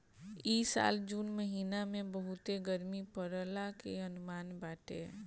इ साल जून महिना में बहुते गरमी पड़ला के अनुमान बाटे